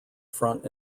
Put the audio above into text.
front